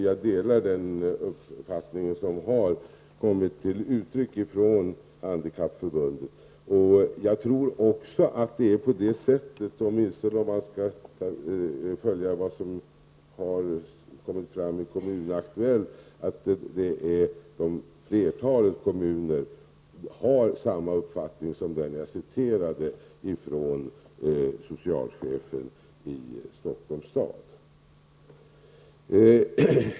Jag delar uppfattningen som har kommit till uttryck från Handikappförbundet, bl.a. med tanke på vad som har kommit fram i Kommun Aktuellt, att flertalet kommuner har samma uppfattning som den jag citerade från socialchefen i Stockholms stad.